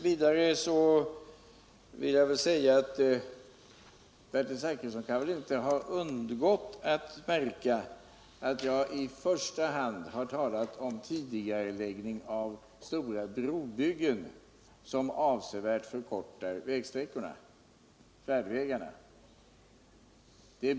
Vidare kan väl Bertil Zachrisson inte ha undgått att märka att jag i första hand har talat om tidigareläggning av stora brobyggen, som avsevärt förkortar färdvägarna.